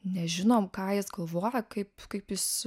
nežinom ką jis galvoja kaip kaip jis